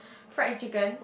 fried chicken